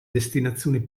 destinazione